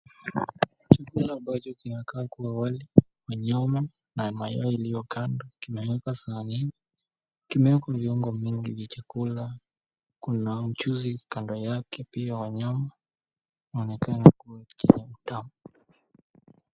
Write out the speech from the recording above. Chakula ambacho kinakaa kua wali wa nyama na mayai iliyo kando kimewekwa sahanini. Kimewekwa viungo vingi vya chakula, kuna mchuzi kando yake pia wa nyama. Kinaonekana kuwa ni chakula kitamu.